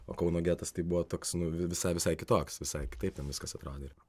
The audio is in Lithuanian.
o kauno getas tai buvo toks nu visai visai kitoks visai kitaip ten viskas atrodė ir